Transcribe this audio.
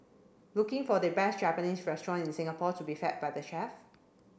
looking for the best Japanese restaurant in Singapore to be fed by the chef